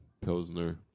pilsner